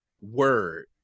word